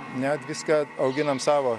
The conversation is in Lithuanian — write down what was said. net viską auginam savo